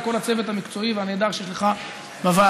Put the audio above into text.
לכל הצוות המקצועי והנהדר שיש לך בוועדה.